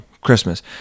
Christmas